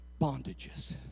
bondages